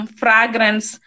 fragrance